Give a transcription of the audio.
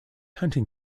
hunting